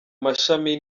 mashami